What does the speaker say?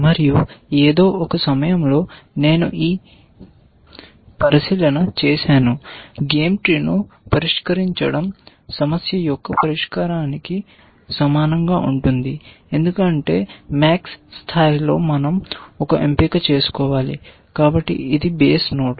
మరియు ఏదో ఒక సమయంలో నేను ఈ పరిశీలన చేసాను గేమ్ ట్రీ ను పరిష్కరించడం సమస్య యొక్క పరిష్కారానికి సమానంగా ఉంటుంది ఎందుకంటే max స్థాయిలో మనం ఒక ఎంపిక చేసుకోవాలి కాబట్టి ఇది బేసి నోడ్